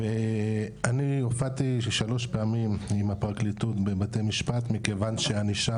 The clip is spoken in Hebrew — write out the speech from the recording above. אני הופעתי שלוש פעמים עם הפרקליטות בבתי משפט מכיוון שהענישה